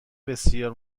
بسیار